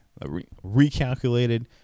Recalculated